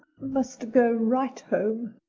must go right home.